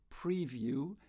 preview